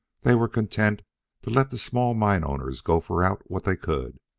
they were content to let the small mine-owners gopher out what they could,